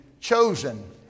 chosen